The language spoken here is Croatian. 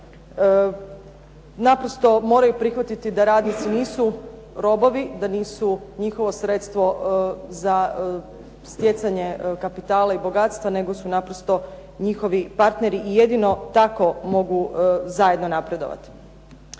naprosto moraju prihvatiti da radnici nisu robovi, da nisu njihovo sredstvo za stjecanje kapitala i bogatstva nego su naprosto njihovi partneri i jedino tako mogu zajedno napredovati.